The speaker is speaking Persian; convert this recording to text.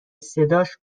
صداش